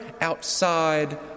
outside